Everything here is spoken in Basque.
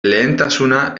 lehentasuna